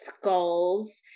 skulls